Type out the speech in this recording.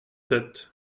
sept